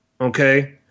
Okay